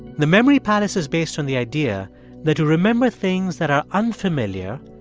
the memory palace is based on the idea that to remember things that are unfamiliar,